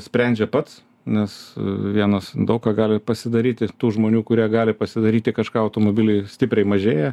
sprendžia pats nes vienas daug ką gali pasidaryti tų žmonių kurie gali pasidaryti kažką automobily stipriai mažėja